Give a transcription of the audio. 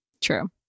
True